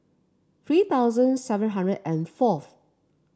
three thousand seven hundred and fourth